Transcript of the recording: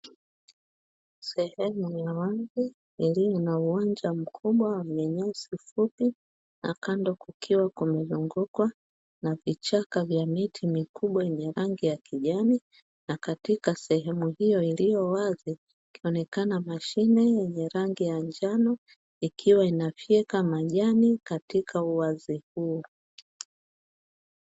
Sehemu ya wazi iliyo na uwanja mkubwa yenye nyasi fupi, na kando kukiwa kumezungukwa na vichaka vya miti mikubwa yenye rangi ya kijani. Nakatika sehemu hiyo iliyo wazi inaonekana mashine yenye rangi ya njano ikiwa inafyeka majani katika uwazi huu.